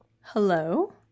hello